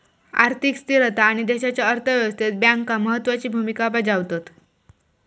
आर्थिक स्थिरता आणि देशाच्या अर्थ व्यवस्थेत बँका महत्त्वाची भूमिका बजावतत